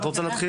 את רוצה להתחיל?